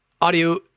audio